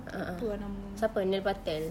ah a'ah siapa neil patel